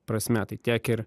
prasme tai tiek ir